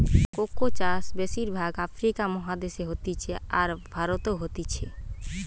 cocoa চাষ বেশির ভাগ আফ্রিকা মহাদেশে হতিছে, আর ভারতেও হতিছে